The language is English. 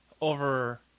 over